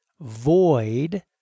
void